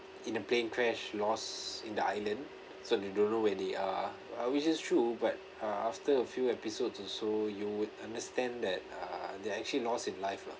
in a plane crash lost in the island so they don't know where they are ah which is true but uh after a few episodes or so you would understand that uh they actually lost in life lah